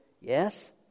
yes